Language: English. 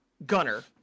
Gunner